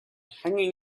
hanging